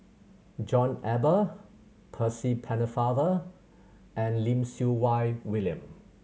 John Eber Percy Pennefather and Lim Siew Wai William